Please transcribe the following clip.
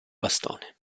bastone